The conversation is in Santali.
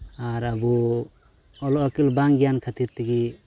ᱟᱨ ᱟᱵᱚ ᱚᱞᱚᱜ ᱟᱹᱠᱤᱞ ᱵᱟᱝ ᱜᱮᱭᱟᱱ ᱠᱷᱟᱹᱛᱤᱨ ᱛᱮᱜᱮ